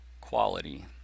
quality